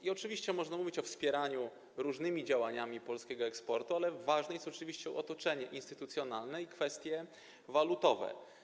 I oczywiście można mówić o wspieraniu różnymi działaniami polskiego eksportu, ale ważne jest otoczenie instytucjonalne i kwestie walutowe.